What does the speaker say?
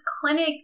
clinic